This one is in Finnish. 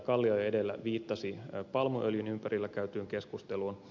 kallio edellä viittasi palmuöljyn ympärillä käytyyn keskusteluun